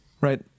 right